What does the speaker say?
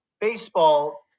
baseball